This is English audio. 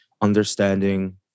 understanding